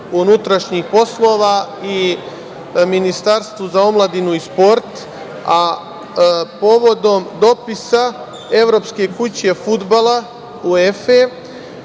upućeno MUP i Ministarstvu za omladinu i sport, a povodom dopisa Evrpske kuće fudbala UEFA